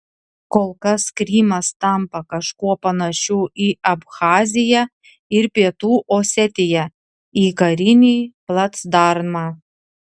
kol kas krymas tampa kažkuo panašiu į abchaziją ir pietų osetiją į karinį placdarmą